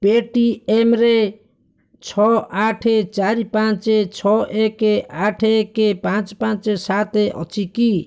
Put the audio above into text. ପେଟିଏମ୍ରେ ଛଅ ଆଠ ଚାରି ପାଞ୍ଚ ଛଅ ଏକ ଆଠ ଏକ ପାଞ୍ଚ ପାଞ୍ଚ ସାତ ଅଛି କି